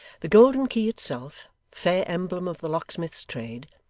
the golden key itself, fair emblem of the locksmith's trade,